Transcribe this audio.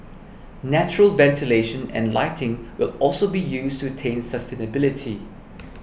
natural ventilation and lighting will also be used to attain sustainability